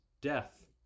death